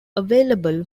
available